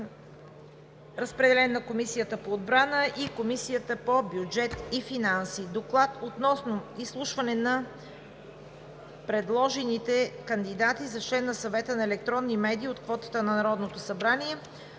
Разпределен е на Комисията по отбрана и на Комисията по бюджет и финанси. Доклад относно изслушване на предложените кандидати за член на Съвета за електронни медии от квотата на Народното събрание.